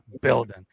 building